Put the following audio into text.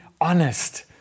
honest